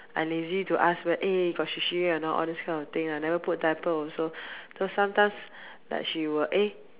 I lazy to ask wh~ eh got Xu Xu or not all these kind of things lah I never put diaper also so sometimes like she will eh